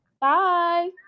Bye